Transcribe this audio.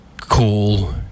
cool